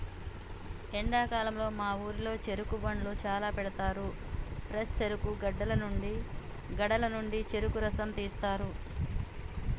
ఎండాకాలంలో మా ఊరిలో చెరుకు బండ్లు చాల పెడతారు ఫ్రెష్ చెరుకు గడల నుండి చెరుకు రసం తీస్తారు